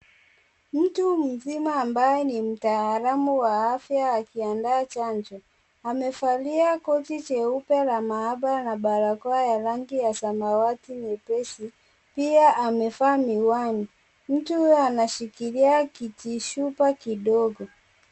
Mtu mzima ambae ni mtaalamu wa afia akiandaa chanjo. Amevalia koti jeupe la maabara na barakoa ya rangi ya samawati nyepesi pia amevaa miwani mtu huyo anashikilia kijichupa kidogo.